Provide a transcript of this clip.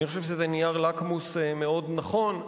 אני חושב שזה נייר לקמוס מאוד נכון.